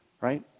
right